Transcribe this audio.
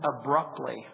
abruptly